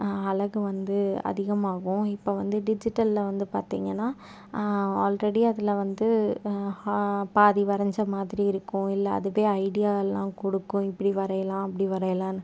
அழகு வந்து அதிகமாகும் இப்போ வந்து டிஜிட்டலில் வந்து பார்த்திங்கன்னா ஆல்ரெடி அதில் வந்து பாதி வரைஞ்ச மாதிரி இருக்கும் இல்லை அதுவே ஐடியாலாம் கொடுக்கும் இப்படி வரையலாம் அப்படி வரையலாம்